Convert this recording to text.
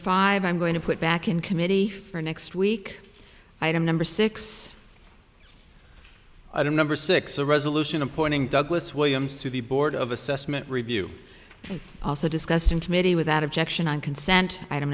five i'm going to put back in committee for next week item number six i don't number six a resolution appointing douglas williams to the board of assessment review also discussed in committee without objection on consent item